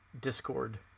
discord